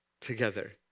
together